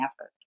effort